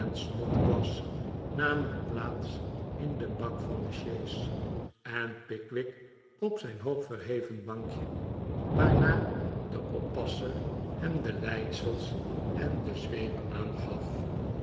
snodgrass namen plaats in den bak van de sjees en pickwick op zijn hoog verheven bankje waarna de oppasser hem de leidsels en de zweep aangaf